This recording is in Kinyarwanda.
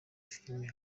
filime